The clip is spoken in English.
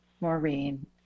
Maureen